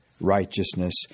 righteousness